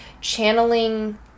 channeling